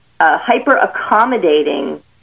hyper-accommodating